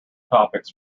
topics